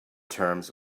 terms